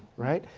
right?